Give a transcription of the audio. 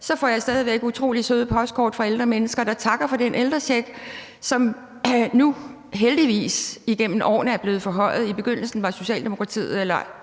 får jeg stadig væk utrolig søde postkort fra ældre mennesker, der takker for den ældrecheck, som nu heldigvis igennem årene er blevet forhøjet. I begyndelsen var Socialdemokratiet og